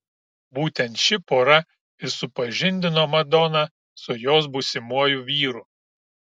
būtent ši pora ir supažindino madoną su jos būsimuoju vyru